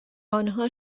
آنها